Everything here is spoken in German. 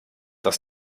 das